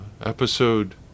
Episode